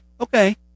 okay